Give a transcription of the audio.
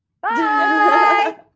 Bye